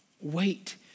Wait